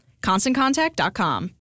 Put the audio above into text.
ConstantContact.com